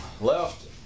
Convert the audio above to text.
left